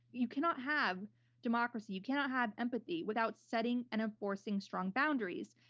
you cannot have democracy, you cannot have empathy, without setting and enforcing strong boundaries.